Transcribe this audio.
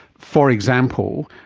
for example,